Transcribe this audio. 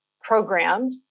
programmed